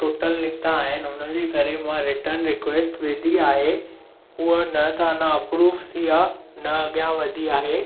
टुटल निकिता आहिनि हुनजे करे मां रिटर्न रिकवेस्ट विधी आहे हूअ न त अञां अप्रूव थी आहे न अॻियां वधी आहे